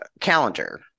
calendar